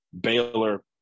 Baylor